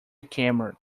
camera